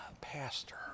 pastor